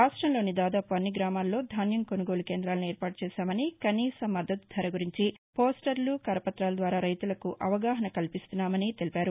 రాష్టంలోని దాదాపు అన్ని గ్రామాల్లో ధాన్యం కొనుగోలు కేంద్రాలను ఏర్పాటు చేశామనీ కనీస వుద్దకు ధర గురించి పోస్టర్లు కరపతాల ద్వారా రైతులకు అవగాహన కల్పించామనీ తెలిపారు